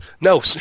No